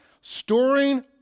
storing